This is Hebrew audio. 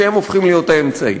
והם הופכים להיות האמצעי.